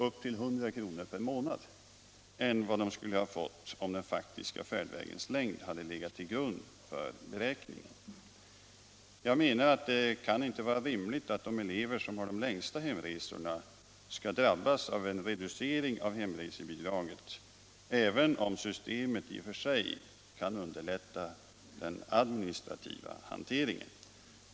lägre hemresebidrag per månad än vad de skulle fått, om den faktiska färdvägens längd hade legat till grund för beräkningen. Jag menar att det kan inte vara rimligt att de elever som har de längsta hemresorna skall drabbas av en reducering av hemresebidraget, även om systemet i och för sig kan underlätta den administrativa hanteringen.